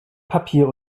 papier